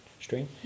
stream